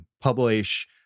publish